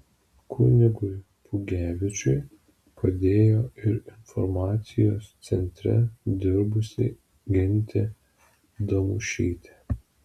kunigui pugevičiui padėjo ir informacijos centre dirbusi gintė damušytė